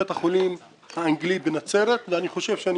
של בית החולים האנגלי בנצרת ואני חושב שאני